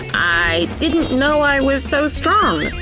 i didn't know i was so strong.